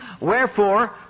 Wherefore